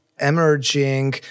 emerging